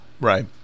Right